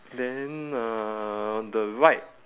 then uh the right